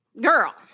girl